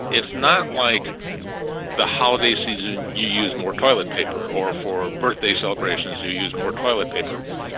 it's not like the holiday season you use more toilet paper or for birthday celebrations you use more toilet paper.